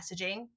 messaging